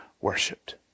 worshipped